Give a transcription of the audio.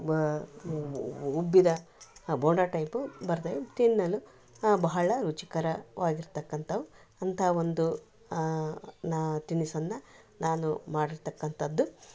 ಬ ಉಬ್ಬಿದ ಬೋಂಡಾ ಟೈಪು ಬರ್ತದೆ ತಿನ್ನಲು ಭಾಳ ರುಚಿಕರವಾಗಿರ್ತಕ್ಕಂಥವು ಅಂತಹ ಒಂದು ನಾ ತಿನಿಸನ್ನ ನಾನು ಮಾಡಿರ್ತಕ್ಕಂಥದ್ದು